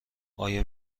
آیا